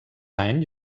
anys